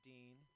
Dean